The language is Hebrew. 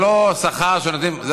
זה לא שכר שנותנים,